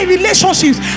relationships